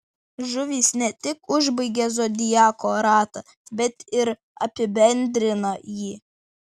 žuvys ne tik užbaigia zodiako ratą bet ir apibendrina jį